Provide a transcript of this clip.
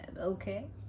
okay